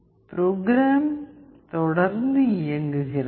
program தொடர்ந்து இயங்குகிறது